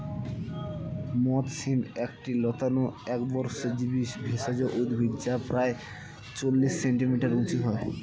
মথ শিম একটি লতানো একবর্ষজীবি ভেষজ উদ্ভিদ যা প্রায় চল্লিশ সেন্টিমিটার উঁচু হয়